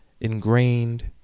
ingrained